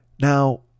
Now